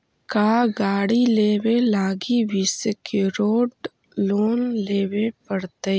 का गाड़ी लेबे लागी भी सेक्योर्ड लोन लेबे पड़तई?